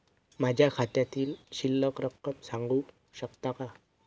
माझ्या खात्यातील शिल्लक रक्कम सांगू शकता का?